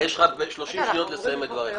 יש לך שלושים שניות לסיים את דבריך,